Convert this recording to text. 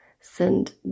send